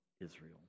Israel